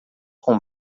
com